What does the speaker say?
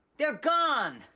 they're gone.